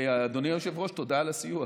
אדוני היושב-ראש, תודה על הסיוע.